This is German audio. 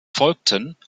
folgten